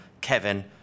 Kevin